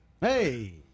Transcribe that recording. Hey